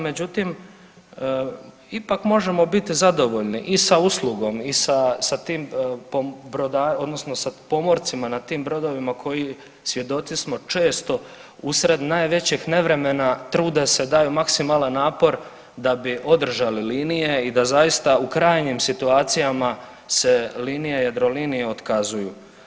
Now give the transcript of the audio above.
Međutim, ipak možemo biti zadovoljni i sa uslugom i sa, sa tim brodarima odnosno sa pomorcima na tim brodovima koji svjedoci smo često usred najvećeg nevremena truda se i daju maksimalna napor da bi održali linije i da zaista u krajnjim situacijama se linije Jadrolinije otkazuju.